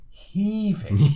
heaving